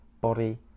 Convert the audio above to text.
body